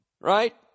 right